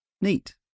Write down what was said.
Neat